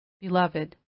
Beloved